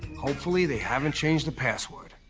hopefully, they haven't changed the password.